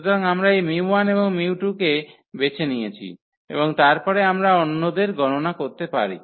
সুতরাং আমরা এই 𝜇1 এবং 𝜇2 কে বেছে নিয়েছি এবং তারপরে আমরা অন্যদের গণনা করতে পারি